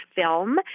film